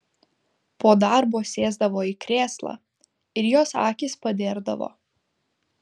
po darbo sėsdavo į krėslą ir jos akys padėrdavo